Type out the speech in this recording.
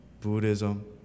Buddhism